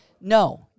No